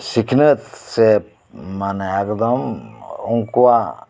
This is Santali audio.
ᱥᱤᱠᱷᱟᱹᱱᱟᱹᱛ ᱥᱮ ᱢᱟᱱᱮ ᱮᱠᱫᱚᱢ ᱩᱱᱠᱩᱭᱟᱜ